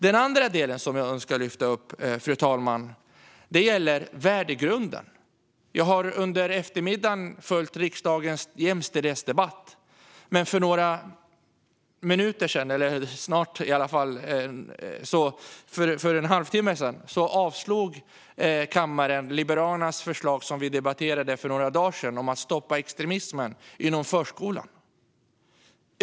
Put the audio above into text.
Den andra delen gäller värdegrunden. Jag har under eftermiddagen följt riksdagens jämställdhetsdebatt. För ungefär en halvtimme sedan avslog kammaren Liberalernas förslag om att stoppa extremismen inom förskolan, som vi debatterade för några dagar sedan.